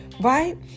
right